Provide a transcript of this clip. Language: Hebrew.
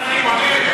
לכן אני פונה אליך.